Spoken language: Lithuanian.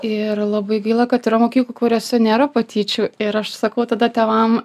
ir labai gaila kad yra mokyklų kuriose nėra patyčių ir aš sakau tada tėvam